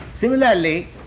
Similarly